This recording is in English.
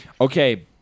Okay